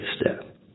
step